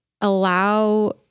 allow